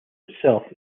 itself